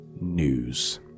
news